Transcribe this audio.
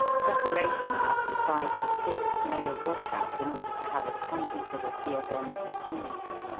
preparation hour from five to six made a wash-out in order to have us handy for the c s m s fatigues.